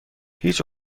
هیچ